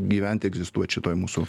gyvent egzistuot šitoj mūsų